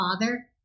father